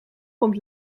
komt